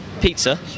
Pizza